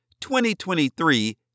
2023